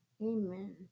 Amen